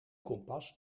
kompas